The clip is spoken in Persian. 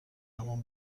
همان